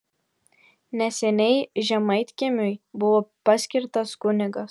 neseniai žemaitkiemiui buvo paskirtas kunigas